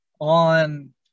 on